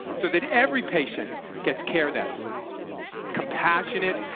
so that every patient gets care that's compassionate,